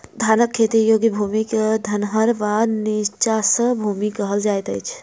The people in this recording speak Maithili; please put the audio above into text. धानक खेती योग्य भूमि क धनहर वा नीचाँस भूमि कहल जाइत अछि